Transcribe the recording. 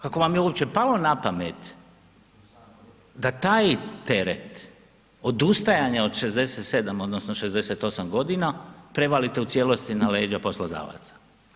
Kako vam je uopće palo napamet da taj teret odustajanja od 67 odnosno 68 godina prevalite u cijelosti na leđa poslodavaca?